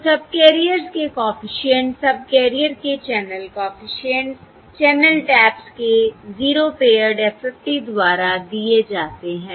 तो सबकैरियर्स के coefficient subcarriers के चैनल कॉफिशिएंट्स चैनल टैप्स के 0 पेअर्ड FFT द्वारा दिए जाते हैं